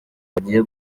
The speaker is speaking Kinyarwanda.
bagiye